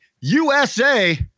USA